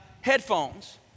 headphones